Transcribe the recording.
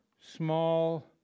small